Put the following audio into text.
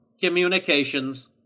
Communications